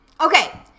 Okay